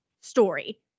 story